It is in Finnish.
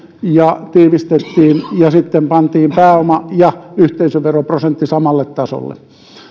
ja tiivistettiin veropohja ja sitten pantiin pääoma ja yhteisöveroprosentti samalle tasolle